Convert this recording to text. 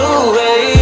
away